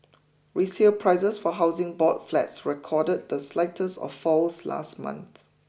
resale prices for Housing Board flats recorded the slightest of falls last month